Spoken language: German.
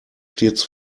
stets